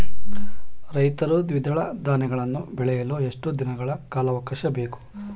ರೈತರು ದ್ವಿದಳ ಧಾನ್ಯಗಳನ್ನು ಬೆಳೆಯಲು ಎಷ್ಟು ದಿನಗಳ ಕಾಲಾವಾಕಾಶ ಬೇಕು?